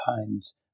pines